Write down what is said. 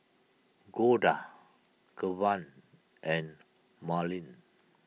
Golda Kevan and Marlene